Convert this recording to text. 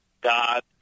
God